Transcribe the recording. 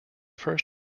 first